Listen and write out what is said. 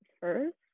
first